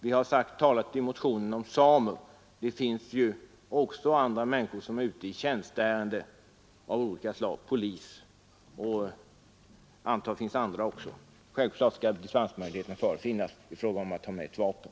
Vi har i motionen talat om samer, men det finns säkert också andra, t.ex. poliser och andra människor som är ute i tjänsteärenden av olika slag, och självfallet skall det finnas dispensmöjligheter för dem att ta med ett vapen.